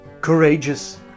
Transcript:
courageous